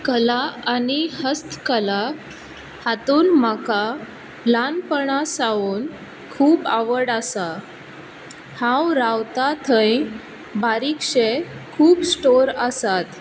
कला आनी हस्तकला हातूंत म्हाका ल्हानपणा सावन खूब आवड आसा हांव रावतां थंय बारीकशें खूब स्टोर आसात